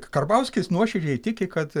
karbauskis nuoširdžiai tiki kad